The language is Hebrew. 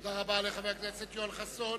תודה רבה לחבר הכנסת יואל חסון.